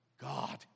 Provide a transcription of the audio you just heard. God